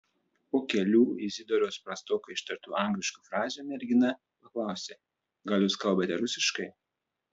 po kelių izidoriaus prastokai ištartų angliškų frazių mergina paklausė gal jūs kalbate rusiškai